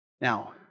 Now